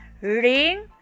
ring